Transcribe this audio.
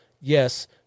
yes